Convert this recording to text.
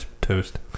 toast